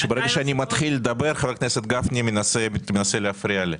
שברגע שאני מתחיל לדבר חבר הכנסת גפני מנסה להפריע לי.